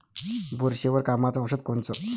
बुरशीवर कामाचं औषध कोनचं?